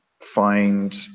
find